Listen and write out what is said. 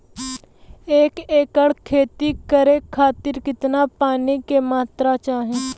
एक एकड़ खेती करे खातिर कितना पानी के मात्रा चाही?